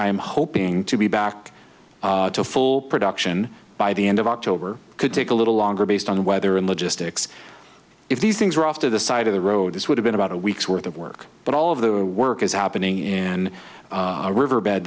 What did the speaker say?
am hoping to be back to full production by the end of october could take a little longer based on weather and logistics if these things are off to the side of the road this would have been about a week's worth of work but all of the work is happening in a riverbed